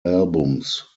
albums